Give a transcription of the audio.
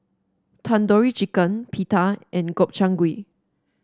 Tandoori Chicken Pita and Gobchang Gui